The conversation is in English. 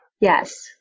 Yes